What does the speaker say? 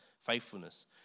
faithfulness